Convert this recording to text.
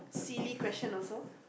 silly question also